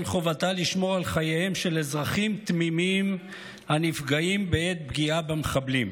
חובתה לשמור על חייהם של אזרחים תמימים הנפגעים בעת פגיעה במחבלים".